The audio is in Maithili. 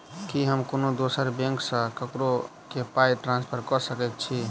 की हम कोनो दोसर बैंक सँ ककरो केँ पाई ट्रांसफर कर सकइत छि?